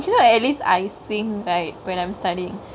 you know at least I singk right when I'm studyingk